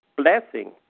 Blessing